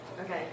Okay